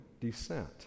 descent